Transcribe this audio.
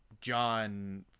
John